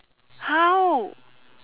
how